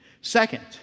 Second